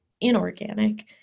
inorganic